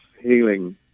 healing